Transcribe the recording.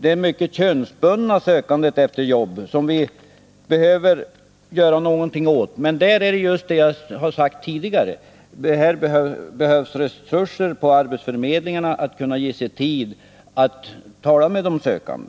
Det mycket könsbundna sökandet efter jobb behöver vi göra något åt, men -— som jag sagt tidigare — till det behövs resurser på arbetsförmedlingarna för att de skall kunna ge sig tid att tala med de arbetssökande.